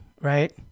right